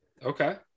Okay